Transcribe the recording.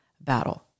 battle